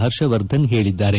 ಹರ್ಷವರ್ಧನ್ ಹೇಳಿದ್ದಾರೆ